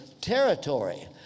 territory